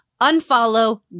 Unfollow